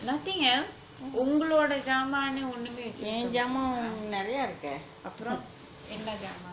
nothing else உங்களோட ஜாமானு ஒன்னுமே வெச்சுருக்கமாடிங்களா:ungaloda jaamanu onnumae vechurukkamatingala